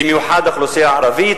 במיוחד האוכלוסייה הערבית,